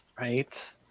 Right